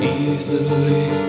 easily